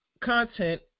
content